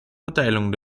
verteilung